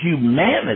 humanity